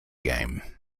game